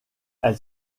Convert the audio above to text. elle